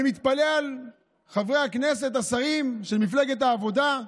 אני מתפלא על חברי הכנסת והשרים של מפלגת העבודה,